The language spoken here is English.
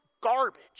garbage